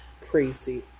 crazy